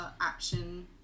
action